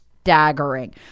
staggering